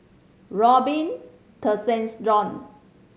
Robin Tessensohn